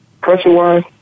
pressure-wise